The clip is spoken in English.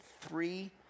Three